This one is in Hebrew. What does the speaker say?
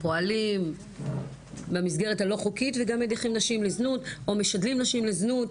פועלים במסגרת הלא חוקית וגם משדלים נשים לזנות,